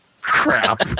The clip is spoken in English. crap